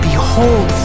Behold